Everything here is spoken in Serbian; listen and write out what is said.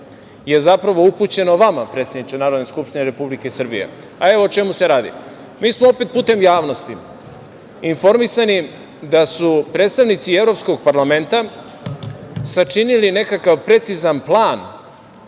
je zapravo upućeno vama, predsedniče Narodne skupštine Republike Srbije, a evo o čemu se radi. Mi smo opet, putem javnosti, informisani da su predstavnici Evropskog parlamenta, sačinili nekakav precizan plan,